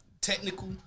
technical